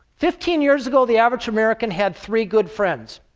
fifteen years ago, the average american had three good friends.